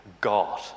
God